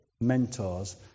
mentors